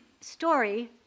story